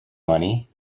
money